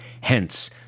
Hence